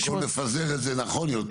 600. במקום לפזר את זה נכון יותר,